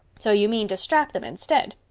so you mean to strap them instead?